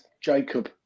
Jacob